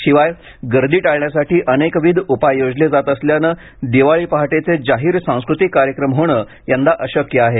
शिवाय गर्दी टाळण्यासाठी अनेकविध उपाय योजले जात असल्यानं दिवाळी पहाटेचे जाहीर सांस्कृतिक कार्यक्रम होणे यंदा अशक्य आहे